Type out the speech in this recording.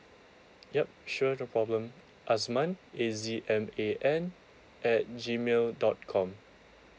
yup sure no problem azman A Z M A N at gmail dot com